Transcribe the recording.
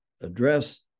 address